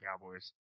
Cowboys